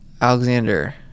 alexander